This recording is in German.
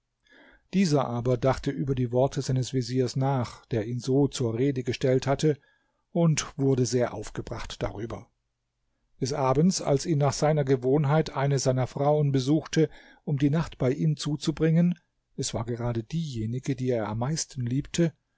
dieser aber dachte über die worte seines veziers nach der ihn so zur rede gestellt hatte und wurde sehr aufgebracht darüber des abends als ihn nach seiner gewohnheit eine seiner frauen besuchte um die nacht bei ihm zuzubringen es war gerade diejenige die er am meisten liebte